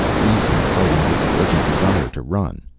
reason fighting with the urgent desire to run.